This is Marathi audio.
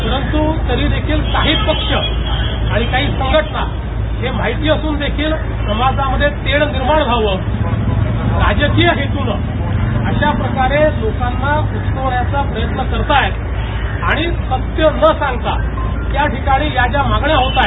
परंतू तरी देखील काही पक्ष आणि काही संघटना हे माहिती असून देखील समाजामध्ये तेढ निर्माण व्हावं राजकीय हेतूनं अशाप्रकारे लोकांना उचकावण्याचा प्रयत्न करतायत आणि सत्य न सांगता त्याठिकाणी या ज्या मागण्या होत आहेत